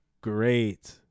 great